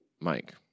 Mike